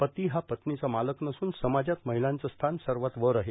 पती हा पत्नीचा मालक नस्रन समाजात महिलांचं स्थान सर्वात वर आहे